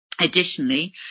Additionally